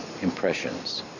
impressions